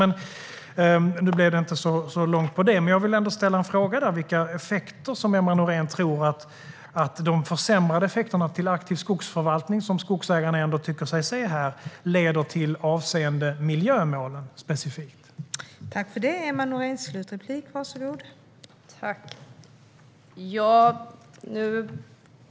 Nu blev det inte så mycket om det, men jag vill ändå ställa en fråga: Vilka effekter kommer de försämrade möjligheter till aktiv skogsförvaltning som skogsägarna tycker sig se att få avseende miljömålen specifikt? Vad tror Emma Nohrén?